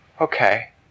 Okay